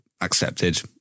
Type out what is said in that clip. accepted